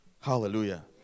hallelujah